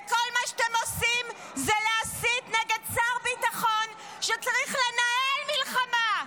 וכל מה שאתם עושים זה להסית נגד שר ביטחון שצריך לנהל מלחמה?